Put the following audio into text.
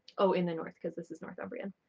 oh! in the north, because this is northumbrian.